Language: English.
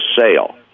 sale